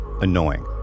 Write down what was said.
annoying